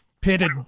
pitted